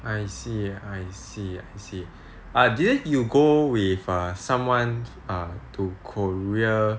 I see I see I see err didn't you go with err someone err to korea